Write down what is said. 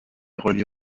relie